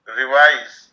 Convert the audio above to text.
revise